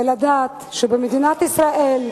ולדעת שבמדינת ישראל,